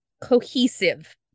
cohesive